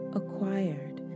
acquired